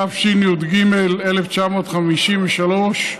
התשי"ג 1953,